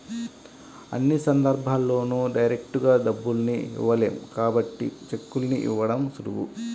అన్ని సందర్భాల్లోనూ డైరెక్టుగా డబ్బుల్ని ఇవ్వలేం కాబట్టి చెక్కుల్ని ఇవ్వడం సులువు